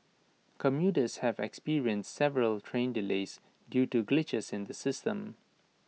commuters have experienced several train delays due to glitches in the system